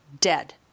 dead